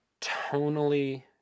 tonally